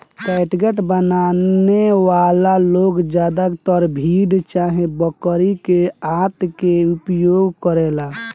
catgut बनावे वाला लोग ज्यादातर भेड़ चाहे बकरी के आंत के उपयोग करेले